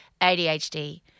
ADHD